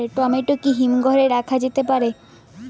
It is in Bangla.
টমেটো কি হিমঘর এ রাখা যেতে পারে?